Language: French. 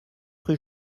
rue